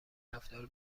رفتار